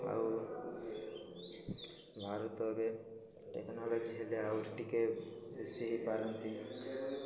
ଆଉ ଭାରତ ଏବେ ଟେକ୍ନୋଲୋଜି ହେଲେ ଆହୁରି ଟିକେ ବେଶି ହେଇପାରନ୍ତି